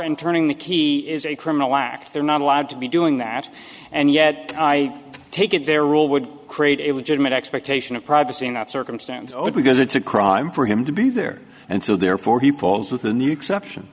and turning the key is a criminal act they're not allowed to be doing that and yet i take it their rule would create a judgement expectation of privacy in that circumstance because it's a crime for him to be there and so therefore he pulls with a new exception